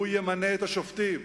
הוא ימנה את השופטים,